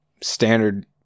standard